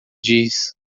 diz